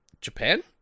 Japan